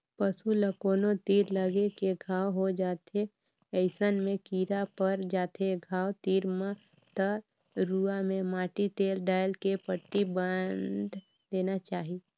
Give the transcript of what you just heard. पसू ल कोनो तीर लगे ले घांव हो जाथे अइसन में कीरा पर जाथे घाव तीर म त रुआ में माटी तेल डायल के पट्टी बायन्ध देना चाही